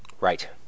Right